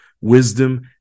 wisdom